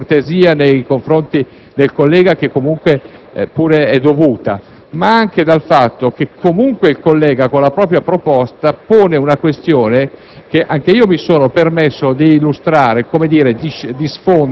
non è solo segnata da ragioni di cortesia nei confronti del collega - che comunque è dovuta - ma anche dal fatto che il collega con la propria proposta pone una questione,